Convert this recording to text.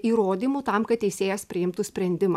įrodymu tam kad teisėjas priimtų sprendimą